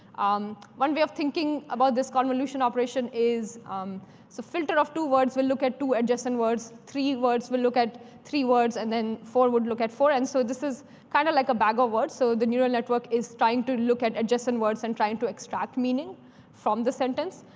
um one way of thinking about this convolution operation is so filter of two words will look at two adjacent words. three words will look at three words, and then four would look at four. and so this is kind of like a bag of words. so the neural network is trying to look at adjacent words and trying to extract meaning from the sentence.